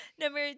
Number